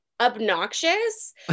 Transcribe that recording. obnoxious